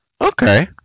okay